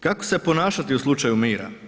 Kako se ponašati u slučaju mira?